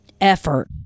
effort